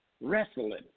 wrestling